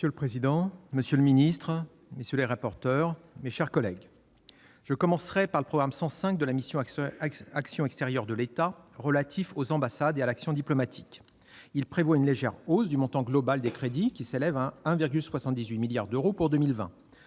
Monsieur le président, monsieur le ministre, mes chers collègues, je commencerai par le programme 105 de la mission « Action extérieure de l'État », relatif aux ambassades et à l'action diplomatique. Il prévoit une légère hausse du montant global des crédits, qui s'élèvent à 1,78 milliard d'euros pour 2020.